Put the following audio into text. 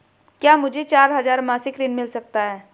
क्या मुझे चार हजार मासिक ऋण मिल सकता है?